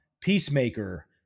Peacemaker